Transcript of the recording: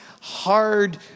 hard